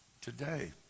today